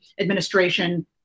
administration